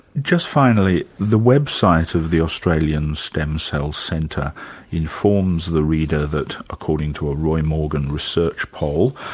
just finally, the website of the australian stem cell centre informs the reader that according to a roy morgan research poll,